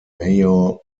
mayor